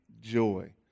joy